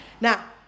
Now